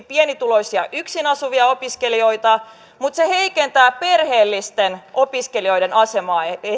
pienituloisia yksin asuvia opiskelijoita mutta se heikentää perheellisten opiskelijoiden asemaa